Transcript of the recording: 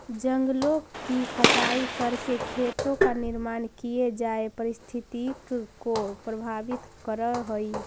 जंगलों की कटाई करके खेतों का निर्माण किये जाए पारिस्थितिकी को प्रभावित करअ हई